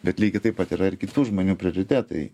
bet lygiai taip pat yra ir kitų žmonių prioritetai